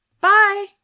Bye